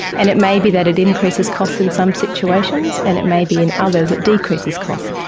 and it may be that it increases costs in some situations and it may be in others it decreases costs.